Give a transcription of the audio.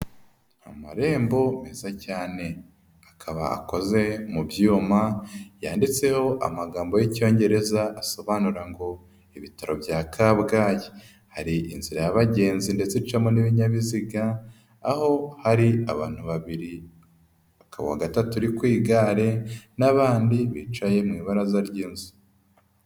Amarembo meza cyane akaba akoze mu byuma yanditseho amagambo y'Icyongereza asobanura ngo ibitaro bya kabgayi, hari inzira y'abagenzi ndetse icamo n'ibinyabiziga, aho hari abantu babiri hakaba uwa gatatu uri ku igare n'abandi bicaye mu ibaraza ry'inzu.